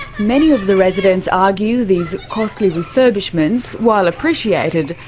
many of the residents argue these costly refurbishments, while appreciated,